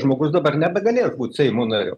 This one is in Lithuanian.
žmogus dabar nebegalės būt seimo nariu